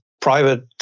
private